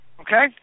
Okay